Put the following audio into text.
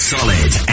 Solid